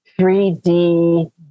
3D